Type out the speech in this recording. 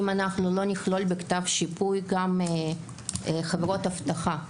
אם לא נכלול בכתב השיפוי גם חברות אבטחה.